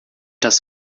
das